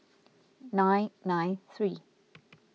nine nine three